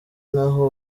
ntaho